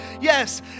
Yes